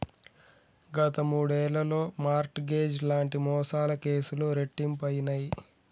గత మూడేళ్లలో mortgage లాంటి మోసాల కేసులు రెట్టింపయినయ్